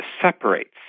separates